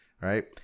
right